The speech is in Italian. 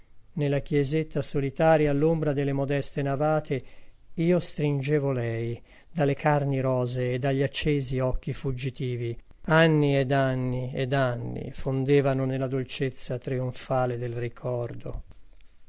nella chiesetta solitaria all'ombra delle modeste navate io stringevo lei dalle carni rosee e dagli accesi occhi fuggitivi anni ed anni ed anni fondevano nella dolcezza trionfale del ricordo